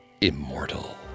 immortal